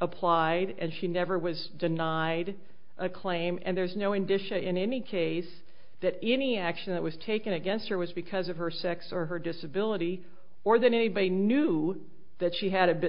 applied and she never was denied a claim and there's no in disha in any case that any action that was taken against her was because of her sex or her disability more than anybody knew that she had a bit